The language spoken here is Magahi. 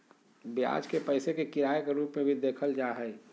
ब्याज के पैसे के किराए के रूप में भी देखल जा हइ